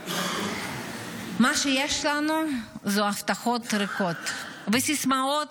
מה שיש לנו זה הבטחות ריקות וסיסמאות